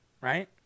right